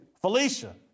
Felicia